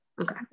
Okay